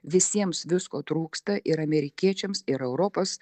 visiems visko trūksta ir amerikiečiams ir europos